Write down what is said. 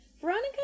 veronica